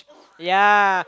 yeah